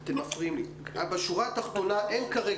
בשורה התחתונה אין כעת